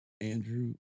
Andrew